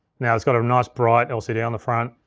now it's got a nice, bright lcd on the front.